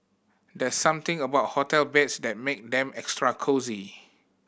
there's something about hotel beds that make them extra cosy